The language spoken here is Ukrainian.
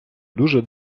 дуже